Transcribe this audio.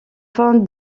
fin